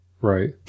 Right